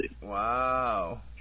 Wow